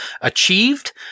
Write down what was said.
achieved